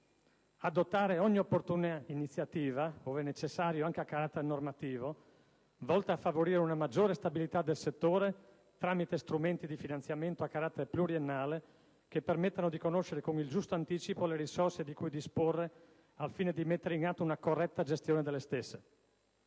adottare ogni opportuna iniziativa, ove necessario anche a carattere normativo, volta a favorire una maggiore stabilità del settore tramite strumenti di finanziamento a carattere pluriennale che permettano di conoscere con il giusto anticipo le risorse di cui disporre al fine di mettere in atto una corretta gestione delle stesse;